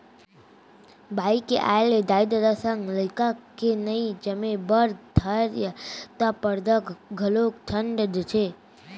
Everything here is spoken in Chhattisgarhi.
बाई के आय ले दाई ददा संग लइका के नइ जमे बर धरय त परदा घलौक खंड़ देथे